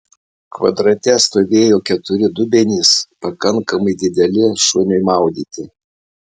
kvadrate stovėjo keturi dubenys pakankamai dideli šuniui maudyti